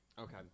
Okay